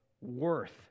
worth